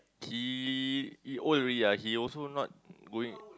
he he old already ah he also not going